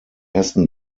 ersten